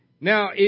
Now